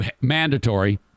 mandatory